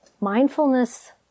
Mindfulness